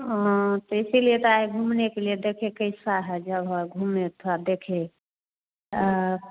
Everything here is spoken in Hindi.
ओ तो इसीलिए तो आए घूमने के लिए देखे कैसा है जगह घूमे थोड़ा देखे हो